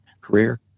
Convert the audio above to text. career